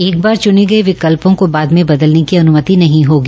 एक बार च्ने गये विकल्पों को बाद में बदलने की अनुमति नहीं होगी